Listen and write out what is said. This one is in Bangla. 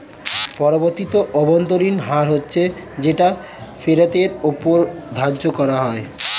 পরিবর্তিত অভ্যন্তরীণ হার হচ্ছে যেটা ফেরতের ওপর ধার্য করা হয়